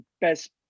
best